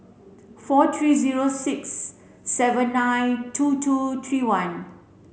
four three zero six seven nine two two three one